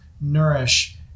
nourish